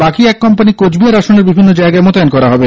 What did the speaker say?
বাকি এক কোম্পানী কোচবিহার আসনের বিভিন্ন জায়গায় মোতায়েন করা হবে